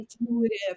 intuitive